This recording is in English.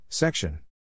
Section